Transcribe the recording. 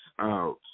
out